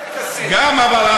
גם לכסיף.